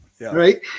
right